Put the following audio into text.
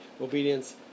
obedience